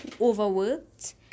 overworked